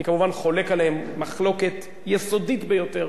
אני כמובן חולק עליהן מחלוקת יסודית ביותר,